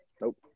Nope